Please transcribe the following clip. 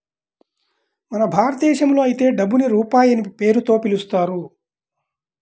మన భారతదేశంలో అయితే డబ్బుని రూపాయి అనే పేరుతో పిలుస్తారు